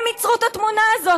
הם ייצרו את התמונה הזאת,